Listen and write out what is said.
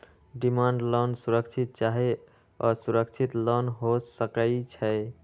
demand loan सुरक्षित चाहे असुरक्षित लोन हो सकइ छै